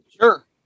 Sure